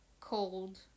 cold